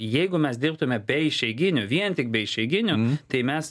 jeigu mes dirbtume be išeiginių vien tik be išeiginių tai mes